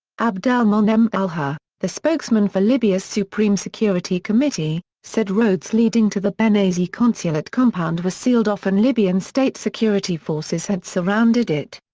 abdel-monem al-hurr, the spokesman for libya's supreme security committee, said roads leading to the benghazi consulate compound were sealed off and libyan state security forces had surrounded it.